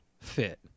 fit